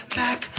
back